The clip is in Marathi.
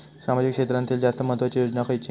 सामाजिक क्षेत्रांतील जास्त महत्त्वाची योजना खयची?